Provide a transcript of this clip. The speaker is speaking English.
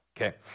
Okay